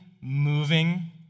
moving